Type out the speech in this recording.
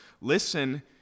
Listen